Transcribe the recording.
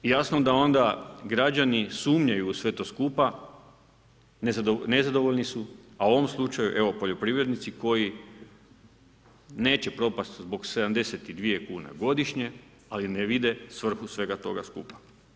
Jasno da onda građani sumnjaju u sve to skupa, nezadovoljni su, a u ovom slučaju, evo poljoprivrednici koji neće propast zbog 72 kune godišnje, ali ne vide svrhu svega toga skupa.